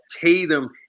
Tatum